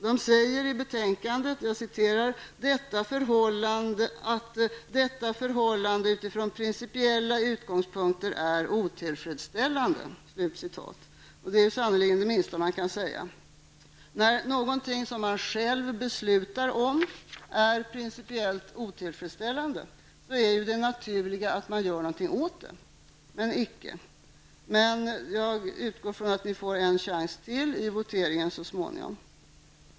De säger i betänkandet att ''detta förhållande utifrån principiella utgångspunkter är otillfredsställande''. Det är sannerligen det minsta man kan säga. När någonting som man själv beslutar om är ''principiellt otillfredsställande'' är det naturliga att man gör något åt det -- men icke. Jag utgår dock från att vi får en chans till i voteringen så småningom.